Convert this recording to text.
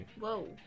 Whoa